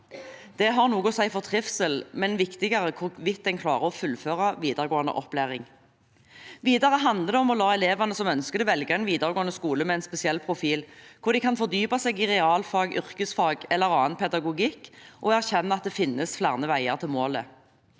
Det har noe å si for trivsel, men er viktigere for hvorvidt en klarer å fullføre videregående opplæring. Videre handler det om å la de elevene som ønsker det, velge en videregående skole med en spesiell profil, hvor de kan fordype seg i realfag, yrkesfag eller annen pedagogikk og erkjenne at det finnes flere veier til målet.